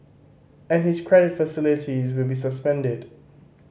and his credit facilities will be suspended